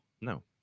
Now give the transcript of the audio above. No